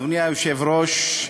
אדוני היושב-ראש,